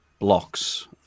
blocks